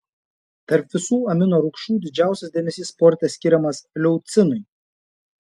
tarp visų amino rūgščių didžiausias dėmesys sporte skiriamas leucinui